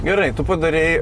gerai tu padarei